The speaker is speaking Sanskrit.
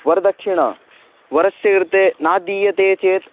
वरदक्षिणा वरस्य कृते न दीयते चेत्